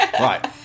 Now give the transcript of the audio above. Right